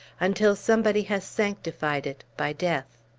until somebody has sanctified it by death.